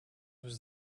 was